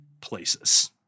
places